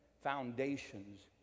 Foundations